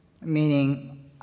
meaning